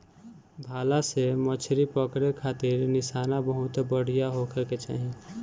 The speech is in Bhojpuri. भाला से मछरी पकड़े खारित निशाना बहुते बढ़िया होखे के चाही